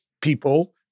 people